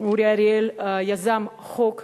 אורי אריאל יזם את החוק הזה.